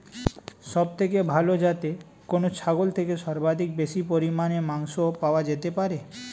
সবচেয়ে ভালো যাতে কোন ছাগল থেকে সর্বাধিক বেশি পরিমাণে মাংস পাওয়া যেতে পারে?